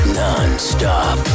non-stop